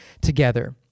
together